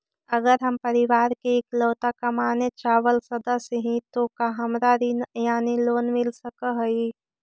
अगर हम परिवार के इकलौता कमाने चावल सदस्य ही तो का हमरा ऋण यानी लोन मिल सक हई?